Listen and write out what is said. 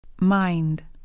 Mind